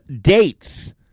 dates